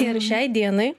ir šiai dienai